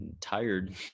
tired